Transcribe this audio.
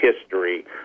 history